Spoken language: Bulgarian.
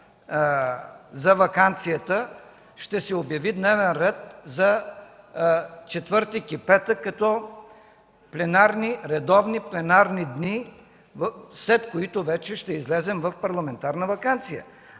за ваканцията. Ще се обяви дневен ред за четвъртък и петък като за редовни пленарни дни, след които ще се излезем в парламентарна ваканция.